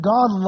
God